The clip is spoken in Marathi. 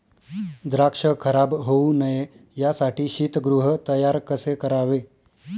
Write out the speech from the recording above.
द्राक्ष खराब होऊ नये यासाठी शीतगृह तयार कसे करावे?